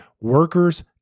workers